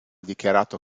dichiarato